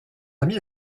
amis